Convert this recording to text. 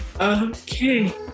Okay